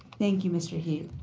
thank you, mr. heep.